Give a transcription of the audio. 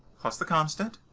plus the constant.